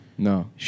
No